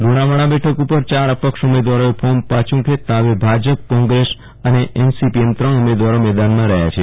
લુણાવાડા બેઠક ઉપર ચાર અપક્ષ ઉમેદવારોએ ફોર્મ પાછું ખેંચતા હવે ભાજપ કોંગ્રેસ અને એન સી પી એમ ત્રણ ઉમેદવાર મેદાનમાં રહયા છે